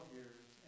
years